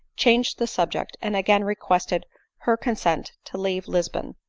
changed the subject, and again requested her consent to leave lisbon.